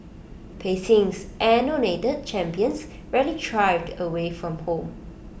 Beijing's anointed champions rarely thrive away from home